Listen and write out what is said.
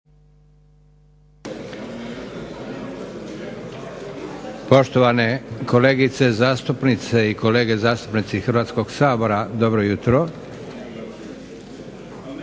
Poštovane kolegice zastupnice i kolege zastupnici Hrvatskog sabora, dobro jutro! Predlažem